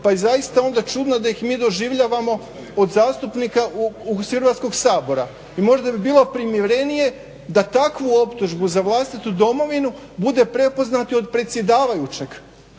pa je zaista onda čudno da ih mi doživljavamo od zastupnika Hrvatskog sabora i možda bi bilo primjerenije da takvu optužbu za vlastitu domovinu bude prepoznati od predsjedavjućeg